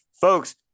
folks